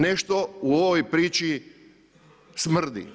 Nešto u ovoj priči smrdi.